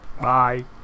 Bye